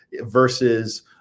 versus